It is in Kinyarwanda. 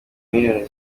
miliyoni